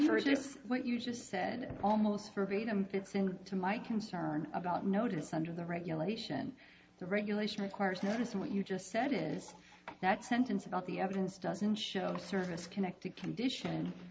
is what you just said almost verbatim it seemed to my concern about notice under the regulation the regulation requires notice of what you just said is that sentence and all the evidence doesn't show a service connected condition